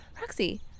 Roxy